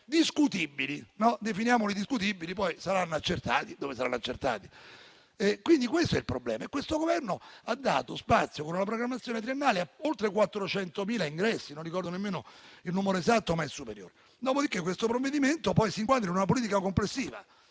discutibili: definiamoli discutibili, poi saranno accertati, dove saranno accertati. Quindi, questo è il problema e il Governo ha dato spazio, con una programmazione triennale, ad oltre 400.000 ingressi: non ricordo nemmeno il numero esatto, ma è superiore. Dopodiché, il provvedimento in esame si inquadra in una politica complessiva.